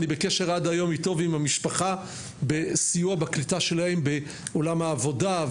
אני בקשר עד היום אתו ועם המשפחה בסיוע בקליטה שלהם בעולם העבודה,